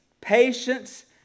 patience